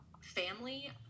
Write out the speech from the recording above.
family